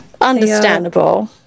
Understandable